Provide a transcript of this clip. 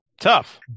Tough